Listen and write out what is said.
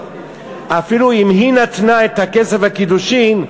אפילו אם היא נתנה את כסף הקידושין,